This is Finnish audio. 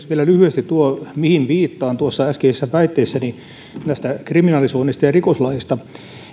vielä lyhyesti tuo mihin viittasin äskeisessä väitteessäni näistä kriminalisoinneista ja rikoslaista